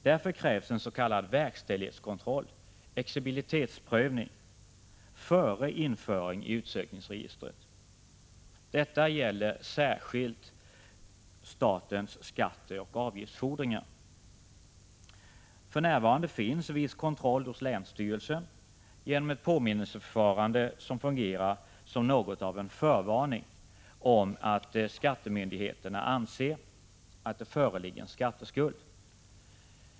Därför krävs det en s.k. verkställighetskontroll, en exigibilitetsprövning, före införing i utsökningsregistret. Detta gäller särskilt statens skatteoch avgiftsfordringar. För närvarande finns viss kontroll hos länsstyrelsen genom ett påminnelseförfarande som fungerar som något av en förvarning om att skattemyndigheterna anser att det föreligger en skatteskuld.